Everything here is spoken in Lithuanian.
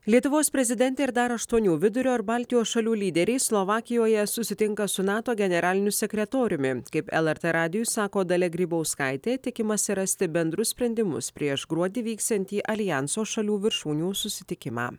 lietuvos prezidentė ir dar aštuonių vidurio ir baltijos šalių lyderiai slovakijoje susitinka su nato generaliniu sekretoriumi kaip lrt radijui sako dalia grybauskaitė tikimasi rasti bendrus sprendimus prieš gruodį vyksiantį aljanso šalių viršūnių susitikimą